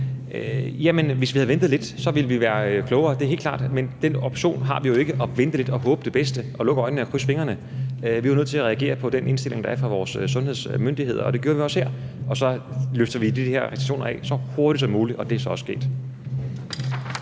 Hvis vi havde ventet lidt, ville vi være klogere – det er helt klart – men den option at vente lidt og håbe det bedste og lukke øjnene og krydse fingrene har vi jo ikke. Vi er nødt til at reagere på den indstilling, der er fra vores sundhedsmyndigheder, og det gjorde vi også her, og så løfter vi de her restriktioner af så hurtigt som muligt, og det er så også sket.